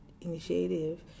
initiative